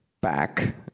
back